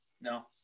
No